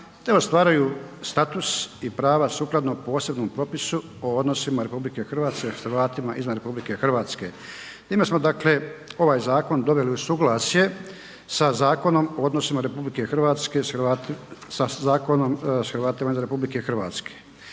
ostvaruju status i prava sukladno posebnom propisu o odnosima RH s Hrvatima izvan RH. Time smo dakle ovaj zakon doveli u suglasje sa Zakonom o odnosima RH sa Zakonom s Hrvatima